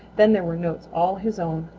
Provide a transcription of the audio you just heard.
then there were notes all his own.